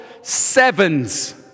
sevens